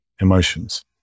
emotions